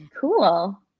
cool